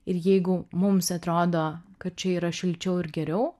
ir jeigu mums atrodo kad čia yra šilčiau ir geriau